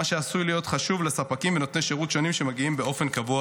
מה שעשוי להיות חשוב לספקים ולנותני שירות שונים המגיעים באופן קבוע